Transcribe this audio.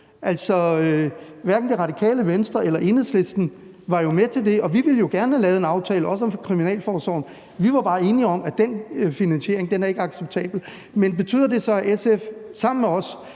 Hverken Radikale Venstre eller Enhedslisten var jo med til det, og vi ville gerne have lavet en aftale også om kriminalforsorgen. Vi var bare enige om, at den finansiering ikke er acceptabel. Men betyder det så, at SF sammen med os